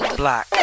black